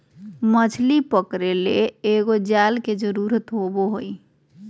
मछली पकरे ले एगो जाल के जरुरत होबो हइ